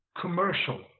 commercial